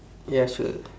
ya sure